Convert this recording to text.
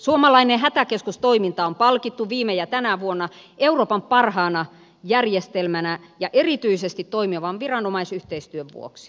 suomalainen hätäkeskustoiminta on palkittu viime ja tänä vuonna euroopan parhaana järjestelmänä ja erityisesti toimivan viranomaisyhteistyön vuoksi